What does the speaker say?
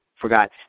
forgot